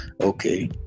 okay